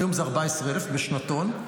היום זה 14,000 בשנתון,